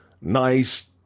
nice